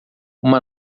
uma